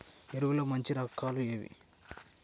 ఎరువుల్లో మంచి రకాలు ఏవి?